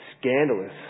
scandalous